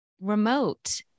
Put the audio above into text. remote